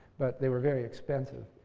but they were very expensive.